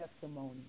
testimony